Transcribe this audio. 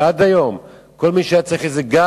עד היום, כל מי שהיה צריך גג,